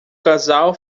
casal